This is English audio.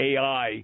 AI